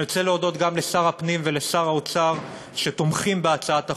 אני רוצה להודות גם לשר הפנים ולשר האוצר שתומכים בהצעת החוק.